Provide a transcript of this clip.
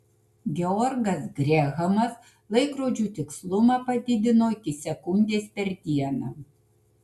georgas grehamas laikrodžių tikslumą padidino iki sekundės per dieną